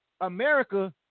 America